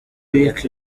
week